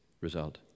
result